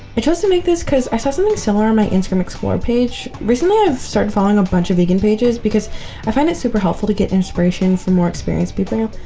chose to make this because i saw something similar on my instagram explorer page. recently, i've started following a bunch of vegan pages because i find it super helpful to get inspiration from more experienced people.